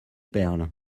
perles